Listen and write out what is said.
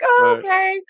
okay